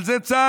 על זה צעקת,